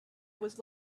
was